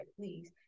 please